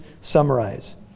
summarize